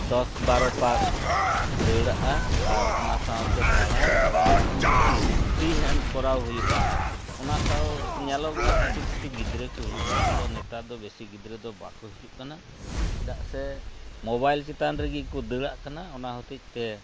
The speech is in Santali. ᱫᱚᱥ ᱵᱟᱨᱚ ᱯᱟᱠ ᱫᱟᱹᱲᱟᱜᱼᱟ ᱟᱨ ᱚᱱᱟ ᱥᱟᱶᱛᱮ ᱛᱟᱲᱟᱢ ᱮᱵᱚᱝ ᱠᱤᱪᱷᱩ ᱯᱷᱨᱤ ᱦᱮᱱᱰ ᱠᱚᱨᱟᱣ ᱦᱩᱭᱩᱜᱼᱟ ᱚᱱᱟ ᱥᱟᱶ ᱧᱮᱞᱚᱜᱚᱜᱼᱟ ᱠᱤᱪᱷᱩ ᱠᱤᱪᱷᱩ ᱜᱤᱫᱽᱨᱟᱹ ᱠᱚ ᱦᱤᱡᱩᱜᱼᱟ ᱱᱮᱛᱟᱨ ᱫᱚ ᱵᱮᱥᱤ ᱜᱤᱫᱽᱨᱟᱹ ᱫᱚ ᱵᱟᱠᱚ ᱦᱤᱡᱩᱜ ᱠᱟᱱᱟ ᱪᱮᱫᱟᱜ ᱥᱮ ᱢᱚᱵᱟᱭᱤᱞ ᱪᱮᱛᱟᱱ ᱨᱮᱜᱮ ᱠᱚ ᱫᱟᱹᱲᱟᱜ ᱠᱟᱱᱟ ᱚᱱᱟ ᱦᱚᱛᱮᱡ ᱛᱮ